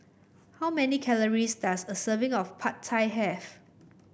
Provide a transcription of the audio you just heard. how many calories does a serving of Pad Thai have